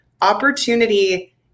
opportunity